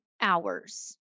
hours